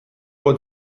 può